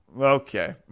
Okay